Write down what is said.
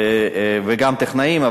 וגם בטכנאים,